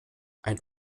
ein